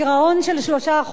גירעון של 3%,